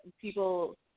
people